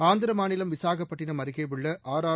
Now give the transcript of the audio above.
ஆந்திர மாநிலம் விசாகப்பட்டினம் அருகே உள்ள ஆர்ஆர்